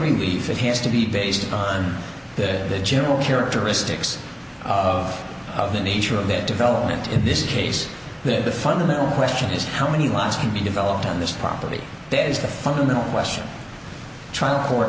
relief it has to be based on the general characteristics of the nature of the development in this case that the fundamental question is how many lives can be developed on this property that is the fundamental question trial court